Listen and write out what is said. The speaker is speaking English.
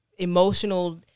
emotional